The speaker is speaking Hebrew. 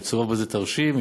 מצורף בזה תרשים,